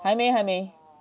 还没还没